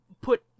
put